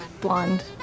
blonde